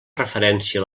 referència